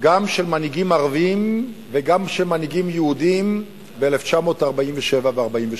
גם של מנהיגים ערבים וגם של מנהיגים יהודים ב-1947 ו-1948.